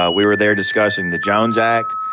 ah we were there discussing the jones act,